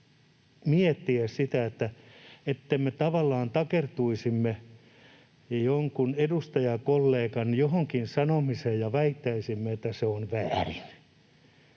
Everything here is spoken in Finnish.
miettiä sitä, että emme tavallaan takertuisi jonkun edustajakollegan johonkin sanomiseen ja väittäisi, että se on väärin.